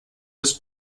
des